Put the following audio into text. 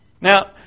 Now